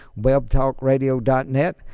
webtalkradio.net